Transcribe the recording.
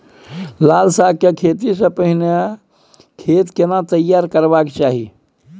लाल साग के खेती स पहिले खेत केना तैयार करबा के चाही?